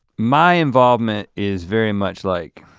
my involvement is very much like